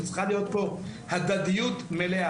צריכה להיות פה הדדיות מלאה.